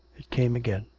it came again.